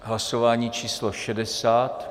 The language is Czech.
Hlasování číslo 60.